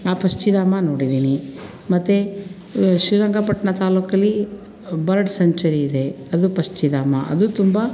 ಆ ಪಕ್ಷಿಧಾಮ ನೋಡಿದ್ದೀನಿ ಮತ್ತು ಶ್ರೀರಂಗಪಟ್ಟಣ ತಾಲ್ಲೂಕಲ್ಲಿ ಬರ್ಡ್ ಸಂಚುರಿ ಇದೆ ಅದು ಪಕ್ಷಿಧಾಮ ಅದು ತುಂಬ